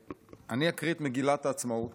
אני אקרא את מגילת העצמאות